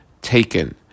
taken